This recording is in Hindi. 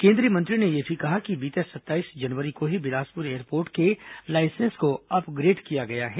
केंद्रीय मंत्री ने यह भी कहा कि बीते सत्ताईस जनवरी को ही बिलासपुर एयरपोर्ट के लाइसेंस को अपग्रेड किया गया है